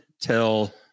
till